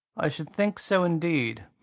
i should think so, indeed!